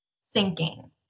sinking